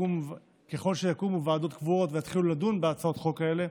ככל שיקומו ועדות קבועות ויתחילו לדון בהצעות החוק האלה,